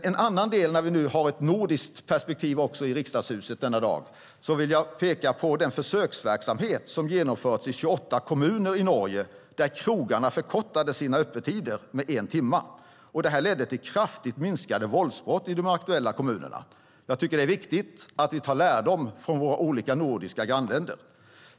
En annan del, när vi nu har ett nordiskt perspektiv i Riksdagshuset denna dag, är att jag vill peka på den försöksverksamhet som genomförts i 28 kommuner i Norge, där krogarna förkortade sina öppettider med en timme. Det ledde till kraftigt minskade våldsbrott i de aktuella kommunerna. Jag tycker att det är viktigt att vi tar lärdom från våra olika nordiska grannländer.